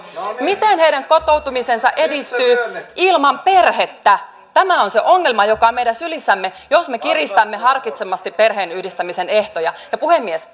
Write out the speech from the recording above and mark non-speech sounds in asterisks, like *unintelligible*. miten heidän kotoutumisensa edistyy ilman perhettä tämä on se ongelma joka on meidän sylissämme jos me kiristämme harkitsemattomasti perheenyhdistämisen ehtoja puhemies *unintelligible*